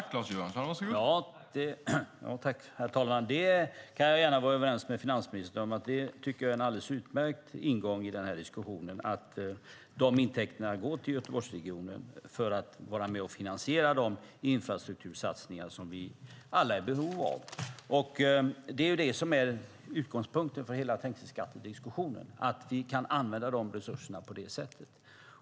Herr talman! Det kan jag gärna vara överens med finansministern om. Jag tycker att det är en alldeles utmärkt ingång i den här diskussionen att de intäkterna ska gå till Göteborgsregionen för att vara med och finansiera de infrastruktursatsningar som vi alla är i behov av. Det som är utgångspunkten för hela trängselskattediskussionen är att vi kan använda resurserna på det sättet.